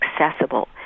accessible